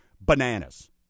bananas